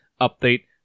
update